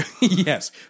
Yes